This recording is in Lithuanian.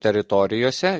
teritorijose